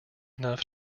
enough